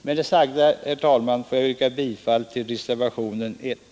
Med det sagda, herr talman, yrkar jag bifall till reservation 1.